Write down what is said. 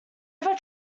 ever